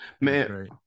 Man